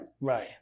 Right